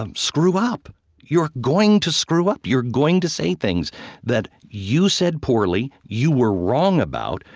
um screw up you're going to screw up. you're going to say things that you said poorly, you were wrong about,